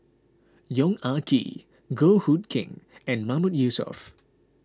Yong Ah Kee Goh Hood Keng and Mahmood Yusof